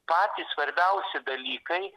patys svarbiausi dalykai